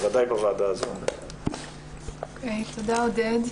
תודה, עודד.